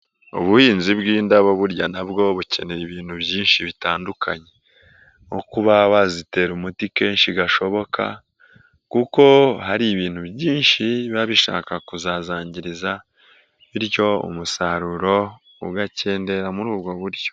Ubuhinzi bw'indabo burya nabwo bukeneye ibintu byinshi bitandukanye nko kuba wazitera umuti kenshi gashoboka kuko hari ibintu byinshi baba bishaka kuzazangiriza bityo umusaruro ugakendera muri ubwo buryo.